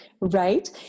right